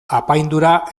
apaindura